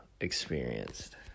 experienced